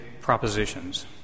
propositions